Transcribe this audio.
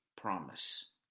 promise